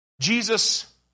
Jesus